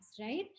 right